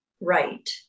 right